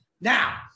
Now